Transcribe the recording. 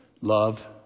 Love